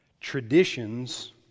traditions